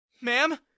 Ma'am